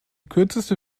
kürzeste